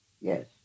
Yes